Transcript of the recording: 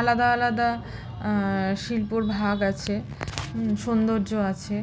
আলাদা আলাদা শিল্পর ভাগ আছে সৌন্দর্য আছে